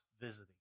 visiting